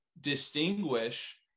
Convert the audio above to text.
distinguish